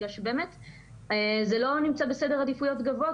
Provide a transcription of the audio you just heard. בגלל שזה לא נמצא בסדר עדיפויות גבוה.